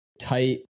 tight